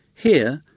here,